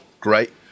great